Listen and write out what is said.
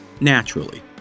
naturally